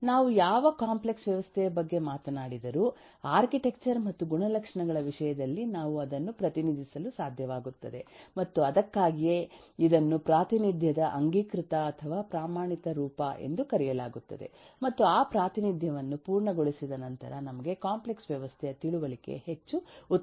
ನಾವು ಯಾವ ಕಾಂಪ್ಲೆಕ್ಸ್ ವ್ಯವಸ್ಥೆಯ ಬಗ್ಗೆ ಮಾತನಾಡಿದರೂ ಆರ್ಕಿಟೆಕ್ಚರ್ ಮತ್ತು ಗುಣಲಕ್ಷಣಗಳ ವಿಷಯದಲ್ಲಿ ನಾವು ಅದನ್ನು ಪ್ರತಿನಿಧಿಸಲು ಸಾಧ್ಯವಾಗುತ್ತದೆ ಮತ್ತು ಅದಕ್ಕಾಗಿಯೇ ಇದನ್ನು ಪ್ರಾತಿನಿಧ್ಯದ ಅಂಗೀಕೃತ ಅಥವಾ ಪ್ರಮಾಣಿತ ರೂಪ ಎಂದು ಕರೆಯಲಾಗುತ್ತದೆ ಮತ್ತು ಈ ಪ್ರಾತಿನಿಧ್ಯವನ್ನು ಪೂರ್ಣಗೊಳಿಸಿದ ನಂತರ ನಮಗೆ ಕಾಂಪ್ಲೆಕ್ಸ್ ವ್ಯವಸ್ಥೆಯ ತಿಳುವಳಿಕೆ ಹೆಚ್ಚು ಉತ್ತಮವಾಗುತ್ತದೆ